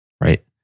right